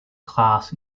class